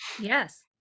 Yes